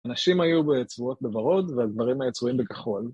הנשים היו צבועות בוורוד והגברים היו צבועים בכחול